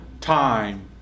time